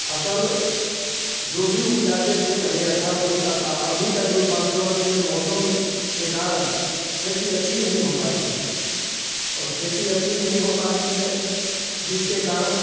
फसल जो भी उपजाते थे पहले अच्छा उपजता था अभी का जो पाँच सौ वर्ष में मौसम के कारण खेती अच्छी नहीं हो पाती है और खेती अच्छी नहीं हो पाती है जिसके कारण